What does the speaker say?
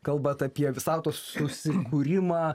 kalbat apie visatos susikūrimą